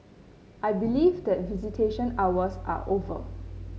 I believe that visitation hours are over